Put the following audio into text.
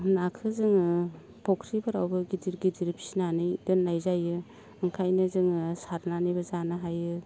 नाखो जोङो फुख्रिफोरावबो गिदिर गिदिर फिनानै दोननाय जायो ओंखायनो जोङो सारनानैबो जानो हायो